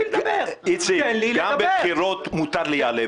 איציק, גם בבחירות מותר להיעלב.